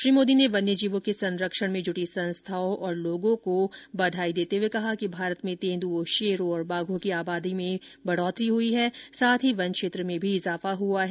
श्री मोदी ने वन्यजीवों के संरक्षण में जुटी संस्थाओं और लोगों को बधाई देते हुए कहा कि भारत में तेंदुओं शेरों और बाघों की आबादी में भी बढ़ोतरी हुई है साथ ही वन क्षेत्र में भी इजाफा हुआ है